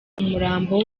umurambo